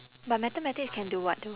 but mathematics can do what though